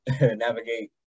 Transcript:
navigate